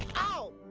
ohh!